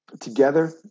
together